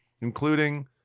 including